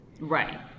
Right